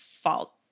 fault